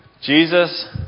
Jesus